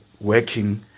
working